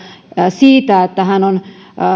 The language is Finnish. siitä että hän on